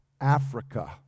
Africa